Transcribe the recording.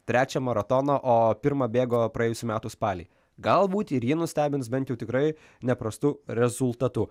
trečią maratoną o pirmą bėgo praėjusių metų spalį galbūt ir ji nustebins bent jau tikrai neprastu rezultatu